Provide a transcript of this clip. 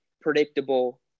predictable